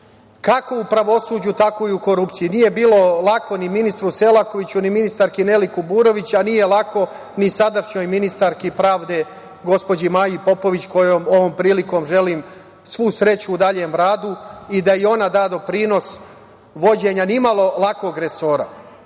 kako u pravosuđu, tako i u korupciji. Nije bilo lako ni ministru Selakoviću ni ministarki Neli Kuburović, a nije lako ni sadašnjoj ministarki pravde, gospođi Maji Popović kojoj ovom prilikom želim svu sreću u daljem radu i da i ona da doprinos vođenja ni malo lakog resora. Nekada,